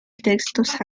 textos